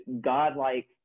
godlike